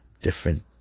different